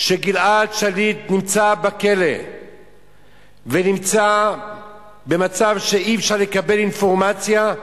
גלעד שליט בכלא ונמצא במצב שאי-אפשר לקבל אינפורמציה,